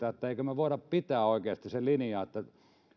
emmekö me voi oikeasti pitää sitä linjaa että